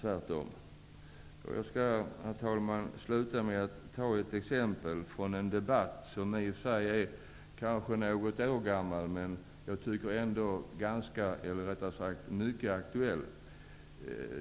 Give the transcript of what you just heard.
Jag skall, herr talman, sluta med att ta ett exempel från en debatt som är något år gammal men som ändå är mycket aktuell.